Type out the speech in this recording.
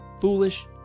foolish